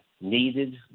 needed